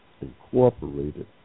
incorporated